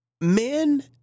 Men